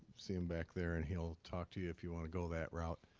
see him back there, and he'll talk to you if you want to go that route.